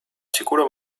sicuro